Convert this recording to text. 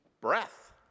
breath